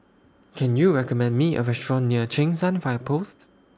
Can YOU recommend Me A Restaurant near Cheng San Fire Post